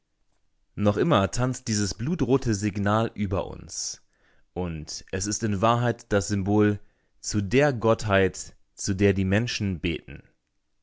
noch immer tanzt dieses blutrote signal über uns und es ist in wahrheit das symbol zu der gottheit zu der die menschen beten